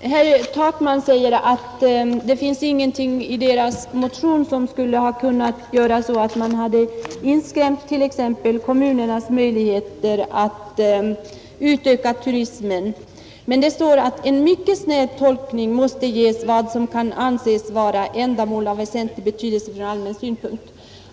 Herr Takman säger att det inte finns någonting i motionen som skulle ha kunnat göra att man inskränkt t.ex. kommunernas möjligheter att utöka turismen, men det står att en mycket snäv tolkning måste ges vad som kan anses vara ändamål av väsentlig betydelse från allmän synpunkt.